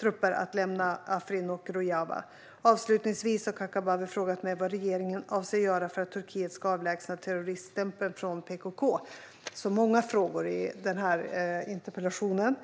trupper att lämna Afrin och Rojava. Avslutningsvis har Kakabaveh frågat mig vad regeringen avser att göra för att Turkiet ska avlägsna terroriststämpeln från PKK. Det ställs alltså många frågor i interpellationen.